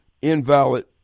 invalid